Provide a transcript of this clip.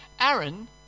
Aaron